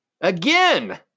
again